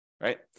right